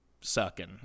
sucking